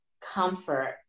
comfort